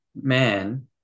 man